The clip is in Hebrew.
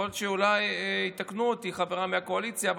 יכול להיות שאולי יתקנו אותי חבריי מהקואליציה,